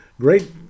Great